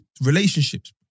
Relationships